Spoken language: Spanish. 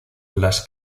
las